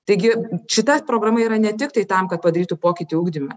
taigi šita programa yra ne tiktai tam kad padarytų pokytį ugdyme